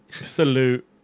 Absolute